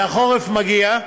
והחורף מגיע.